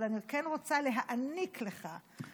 אבל אני כן רוצה להעניק לך,